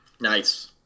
Nice